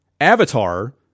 Avatar